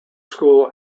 school